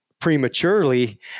prematurely